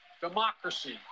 Democracy